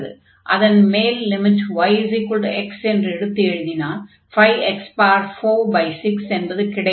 அதன் மேல் limit yx என்று எடுத்து எழுதினால் 5x46 என்பது கிடைக்கும்